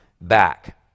back